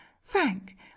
Frank